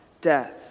death